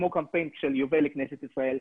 כמו הקמפיין של יובל לכנסת ישראל,